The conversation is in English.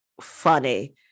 funny